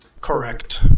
Correct